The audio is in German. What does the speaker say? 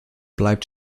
bleibt